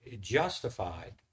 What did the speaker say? justified